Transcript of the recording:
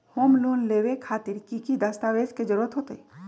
Home loan लेबे खातिर की की दस्तावेज के जरूरत होतई?